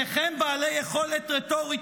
שניכם בעלי יכולת רטורית